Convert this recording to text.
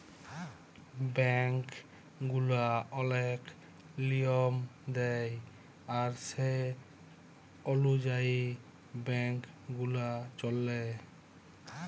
bank গুলা ওলেক লিয়ম দেয় আর সে অলুযায়ী ব্যাংক গুলা চল্যে